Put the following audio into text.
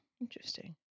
Interesting